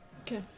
okay